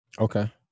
okay